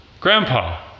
grandpa